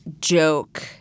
joke